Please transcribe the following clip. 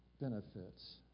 benefits